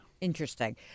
Interesting